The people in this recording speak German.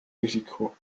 risiko